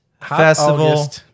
Festival